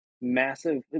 massive